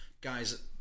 guys